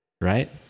Right